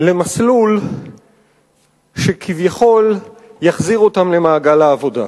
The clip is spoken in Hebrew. למסלול שכביכול יחזיר אותם למעגל העבודה.